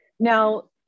Now